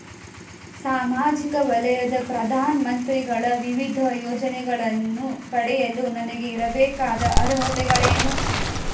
ಸಾಮಾಜಿಕ ವಲಯದ ಪ್ರಧಾನ ಮಂತ್ರಿಗಳ ವಿವಿಧ ಯೋಜನೆಗಳನ್ನು ಪಡೆಯಲು ನನಗೆ ಇರಬೇಕಾದ ಅರ್ಹತೆಗಳೇನು?